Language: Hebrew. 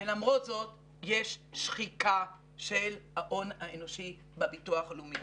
ולמרות זאת יש שחיקה של ההון האנושי בביטוח הלאומי.